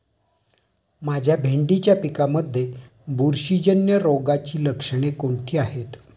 माझ्या भेंडीच्या पिकामध्ये बुरशीजन्य रोगाची लक्षणे कोणती आहेत?